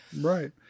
Right